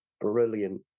brilliant